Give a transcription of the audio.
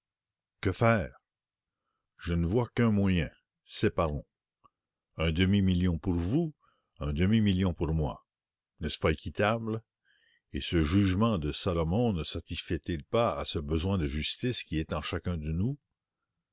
que faire je ne vois qu'un moyen séparons un demi-million pour vous un demi-million pour moi n'est-ce pas équitable et ce jugement de salomon ne satisfait il pas à ce besoin de justice qui est en chacun de nous